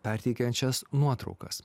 perteikiančias nuotraukas